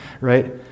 right